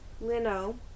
Lino